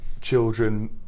children